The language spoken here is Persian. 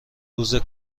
روز